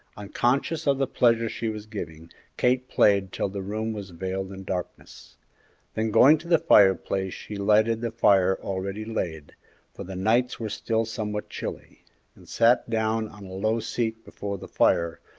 unconscious of the pleasure she was giving kate played till the room was veiled in darkness then going to the fireplace she lighted the fire already laid for the nights were still somewhat chilly and sat down on a low seat before the fire,